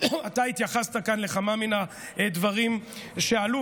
אתה התייחסת כאן לכמה מהדברים שעלו,